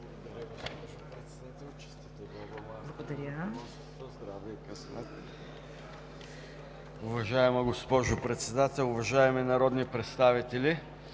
Благодаря. Уважаема госпожо Председател, уважаеми народни представители!